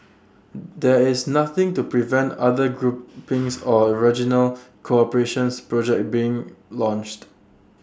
there is nothing to prevent other groupings or regional cooperation's projects being launched